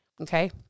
okay